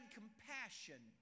compassion